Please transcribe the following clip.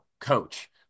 coach